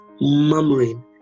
murmuring